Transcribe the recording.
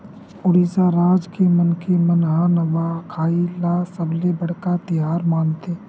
उड़ीसा राज के मनखे मन ह नवाखाई ल सबले बड़का तिहार मानथे